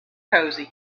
cosy